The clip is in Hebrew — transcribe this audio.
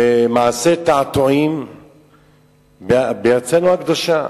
ומעשה תעתועים בארצנו הקדושה.